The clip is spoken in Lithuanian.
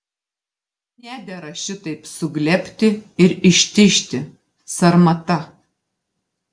nedera šitaip suglebti ir ištižti sarmata